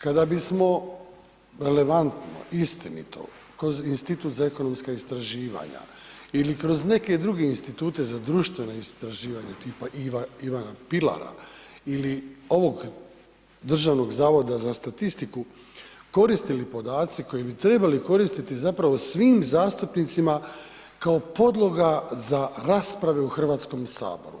Kada bismo relevantno, istinito kroz Institut za ekonomska istraživanja ili kroz neke druge Institute za društvena istraživanja, tipa Ivana Pilara ili ovog Državnog zavoda za statistiku, koristili podaci koji bi trebali koristiti zapravo svim zastupnicima kao podloga za rasprave u Hrvatskom saboru.